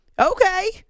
okay